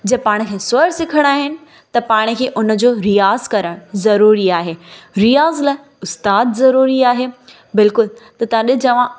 जे पाण खे स्वर सिखणा आहिनि त पाण खे उनजो रियाज़ करण ज़रूरी आहे रियाज़ लाइ उस्ताद ज़रूरी आहे बिल्कुलु त तॾहिं चवा